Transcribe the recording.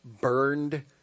burned